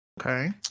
Okay